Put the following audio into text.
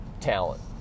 talent